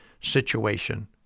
situation